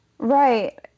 Right